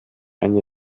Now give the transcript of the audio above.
eine